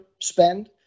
spend